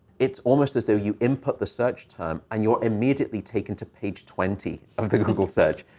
it's almost as though you input the search term and you're immediately taken to page twenty of the google search,